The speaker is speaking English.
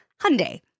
Hyundai